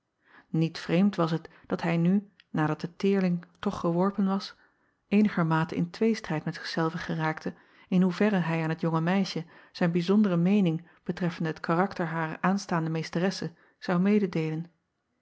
iet vreemd was het dat hij nu nadat de teerling toch geworpen was eenigermate in tweestrijd met zich zelven geraakte in hoeverre hij aan het jonge meisje zijn bijzondere meening betreffende het karakter harer aanstaande meesteresse zou mededeelen